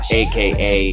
aka